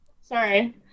Sorry